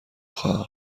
خواهم